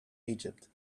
egypt